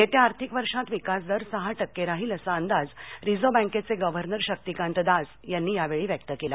येत्या आर्थिक वर्षात विकासदर सहा टक्के राहील असा अंदाज रिझर्व्ह बँकेचे गव्हर्नर शक्तीकांत दास यांनी यावेळी व्यक्त केला